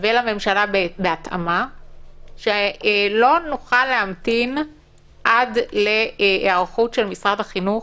ולממשלה בהתאמה שלא נוכל להמתין עד להיערכות של משרד החינוך,